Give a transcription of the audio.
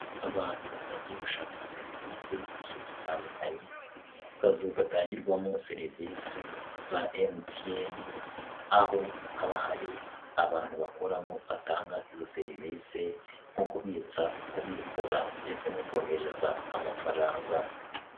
Abantu bagiye gushaka serivise zigiye zitandukanye ku kazu gatangirwamo serivisi za MTN aho haba hari abantu bakoramo batanga izo serivise nko kubitsa, kubikura ndetse no kohereza amafaranga.